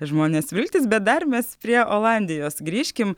žmonės vilktis bet dar mes prie olandijos grįžkim